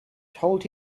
told